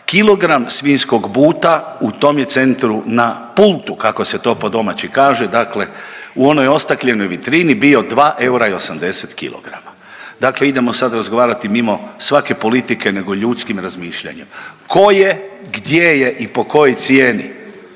kilogram svinjskog buta u tom je centru na pultu kako se to po domaći kaže, dakle u onoj ostakljenoj vitrini bio 2 eura i 80 kilograma. Dakle, idemo sad razgovarati mimo svake politike nego ljudskim razmišljanjem. Tko je, gdje je i po kojoj cijeni